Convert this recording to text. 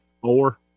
four